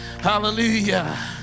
Hallelujah